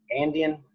Andean